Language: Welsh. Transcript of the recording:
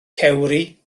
cewri